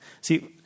See